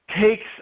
takes